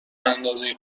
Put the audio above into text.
اندازه